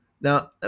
Now